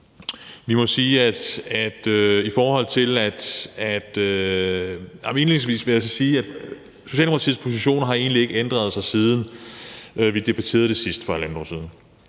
vil jeg sige, at Socialdemokratiets position egentlig ikke har ændret sig, siden vi debatterede det sidst for halvandet år siden.